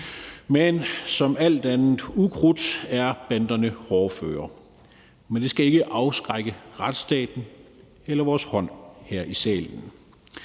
Men som alt andet ukrudt er banderne hårdføre, men det skal ikke afskrække retsstaten eller vores hånd her i salen.